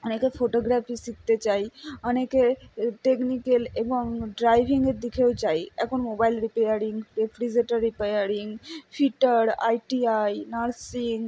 অনেকে ফোটোগ্রাফি শিখতে চায় অনেকে টেকনিকাল এবং ড্রাইভিংয়ের দিকেও যায় এখন mobile repairing refrigerator repairing fitter ITI nursing